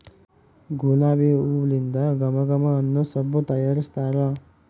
ಗುಲಾಬಿ ಹೂಲಿಂದ ಘಮ ಘಮ ಅನ್ನೊ ಸಬ್ಬು ತಯಾರಿಸ್ತಾರ